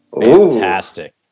Fantastic